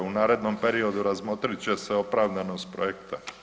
U narednom periodu razmotrit će se opravdanost projekta.